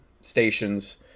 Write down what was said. stations